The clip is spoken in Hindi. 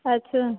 अच्छा